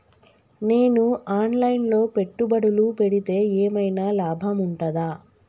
నేను online లో పెట్టుబడులు పెడితే ఏమైనా లాభం ఉంటదా?